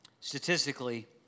Statistically